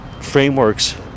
frameworks